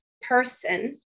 person